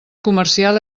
comercial